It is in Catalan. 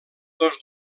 tots